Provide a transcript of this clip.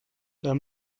der